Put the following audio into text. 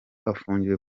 afungiwe